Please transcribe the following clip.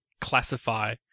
classify